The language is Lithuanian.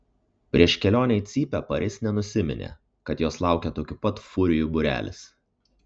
prieš kelionę į cypę paris nenusiminė kad jos laukia tokių pat furijų būrelis